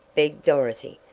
begged dorothy.